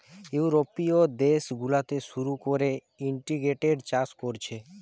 ইউরোপীয় দেশ গুলাতে শুরু কোরে ইন্টিগ্রেটেড চাষ কোরছে